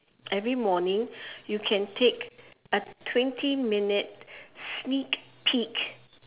every morning you can take a twenty minute sneak peak